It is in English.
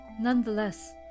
Nonetheless